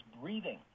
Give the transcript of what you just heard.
breathing